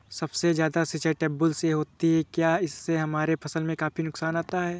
सबसे ज्यादा सिंचाई ट्यूबवेल से होती है क्या इससे हमारे फसल में काफी नुकसान आता है?